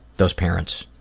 those parents.